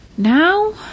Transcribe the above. Now